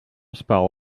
spell